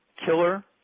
killer,